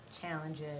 challenges